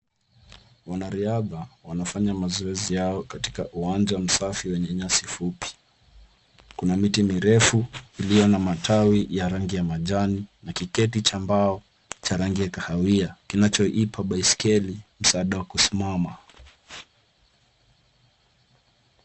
Wanariadha wanafanya mazoezi yao katika uwanja msafi wenye nyasi fupi. Kuna miti mirefu iliyo na matawi ya rangi ya majani na kiketi cha mbao cha rangi ya kahawia kinachoipa baiskeli msaada wa kusimama.